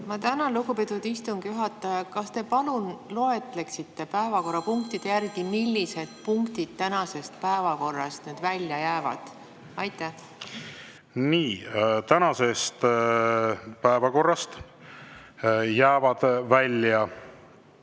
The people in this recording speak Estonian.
Ma tänan, lugupeetud istungi juhataja! Kas te palun loetleksite päevakorrapunktide järgi, millised punktid tänasest päevakorrast välja jäävad? Nii. Tänasest päevakorrast jäävad välja